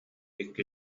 икки